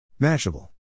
Mashable